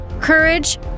courage